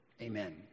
Amen